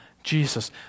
Jesus